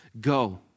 Go